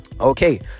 Okay